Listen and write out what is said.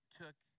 took